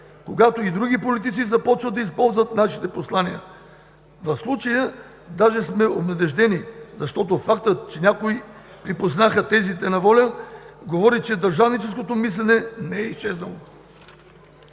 когато и други политици започват да използват нашите послания. В случая дори сме обнадеждени, защото фактът, че някои припознаха тезите на ВОЛЯ, говори, че държавническото мислене не е изчезнало.